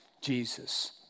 Jesus